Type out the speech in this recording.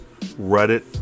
reddit